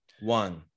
One